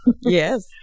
Yes